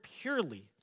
purely